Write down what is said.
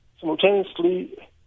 simultaneously